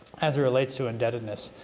as it relates to indebtedness,